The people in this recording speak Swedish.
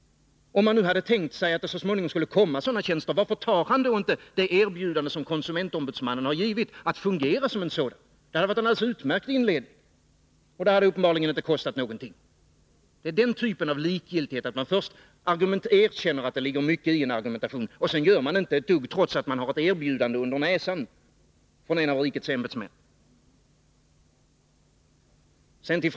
Om han hade tänkt sig att det så småningom skulle inrättas sådana tjänster, varför tar han inte konsumentombudsmannens erbjudande att fungera som en sådan? Det hade varit en alldeles utmärkt inledning, och det hade uppenbarligen inte kostat någonting. Det är den typen av likgiltighet som irriterar mig. Först erkänner man att det ligger mycket i en argumentation, sedan gör man inte ett dugg, trots att man har ett erbjudande från en av rikets ämbetsmän under näsan.